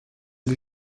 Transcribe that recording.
les